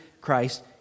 Christ